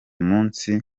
munsi